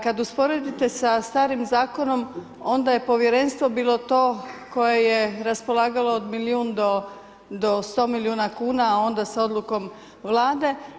Kad usporedite sa starim zakonom, onda je povjerenstvo bilo to koje je raspolagalo od milijun do 100 milijuna kuna, a onda sa odlukom Vlade.